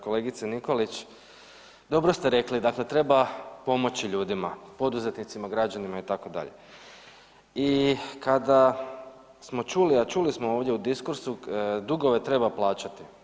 Kolegice Nikolić, dobro ste rekli, dakle treba pomoći ljudima, poduzetnicima, građanima, itd. i kada smo čuli, a čuli smo ovdje u diskursu, dugove treba plaćati.